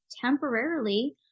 temporarily